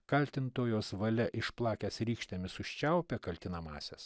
kaltintojos valia išplakęs rykštėmis užčiaupė kaltinamąsias